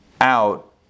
out